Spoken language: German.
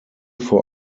vor